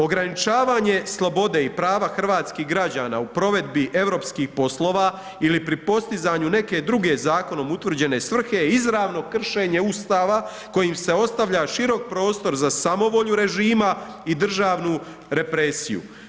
Ograničavanje slobode i prava hrvatskih građana u provedbi europskih poslova ili pri postizanju neke druge zakonom utvrđene svrhe je izravno kršenje Ustava kojim se ostavlja širok prostor za samovolju režima i državnu represiju.